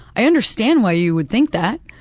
i understand why you would think that.